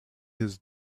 his